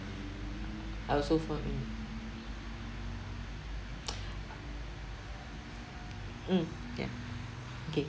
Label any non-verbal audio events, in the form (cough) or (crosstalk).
I also find (noise) mm ya okay